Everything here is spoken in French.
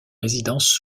résidences